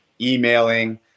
emailing